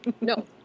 No